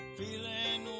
feeling